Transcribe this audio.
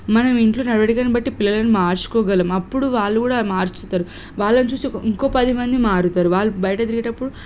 మనం ఇంట్లో నడవడికను బట్టి పిల్లలను మార్చుకోగలం అప్పుడు వాళ్ళు కూడా మార్చుతారు వాళ్ళని చూసి ఇంకో పది మంది మారుతారు వాళ్ళు బయట తిరిగేటప్పుడు